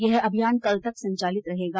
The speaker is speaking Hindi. यह अभियान कल तक संचालित रहेगा